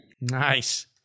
Nice